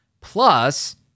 Plus